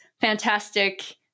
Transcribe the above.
fantastic